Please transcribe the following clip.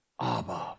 Abba